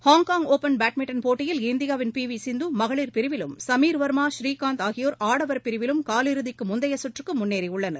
Hong Kong open badminton போட்டியில் இந்தியாவின் பிவிசிந்து மகளிர் பிரிவிலும் வர்மா ஸ்ரீகாந்த் ஆகியோர் ஆடவர் பிரிவிலும் காலிறுதிக்கு முந்தைய கற்றுக்கு சமீர் முன்னேறியுள்ளனர்